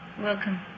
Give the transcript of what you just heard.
Welcome